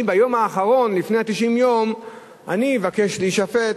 וביום האחרון לפני 90 יום אני אבקש להישפט,